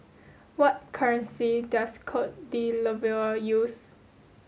what currency does Cote D'Ivoire use